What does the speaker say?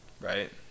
right